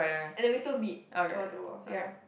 and then we still meet like once in a while ya